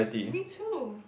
me too